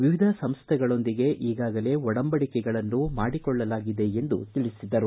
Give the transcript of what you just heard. ವಿವಿಧ ಸಂಸ್ಥೆಗಳೊಂದಿಗೆ ಈಗಾಗಲೇ ಒಂಡಬಂಡಿಕೆಗಳನ್ನು ಮಾಡಿಕೊಳ್ಳಲಾಗಿದೆ ಎಂದು ತಿಳಿಸಿದರು